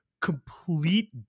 complete